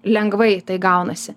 lengvai tai gaunasi